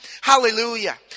Hallelujah